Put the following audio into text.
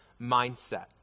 mindset